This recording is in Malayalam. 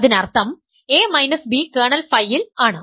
അതിനർത്ഥം a b കേർണൽ Φ ൽ ആണ്